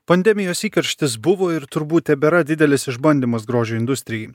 pandemijos įkarštis buvo ir turbūt tebėra didelis išbandymas grožio industrijai